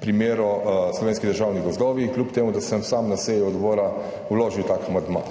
primeru Slovenski državni gozdovi, kljub temu da sem sam na seji odbora vložil tak